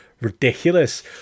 ridiculous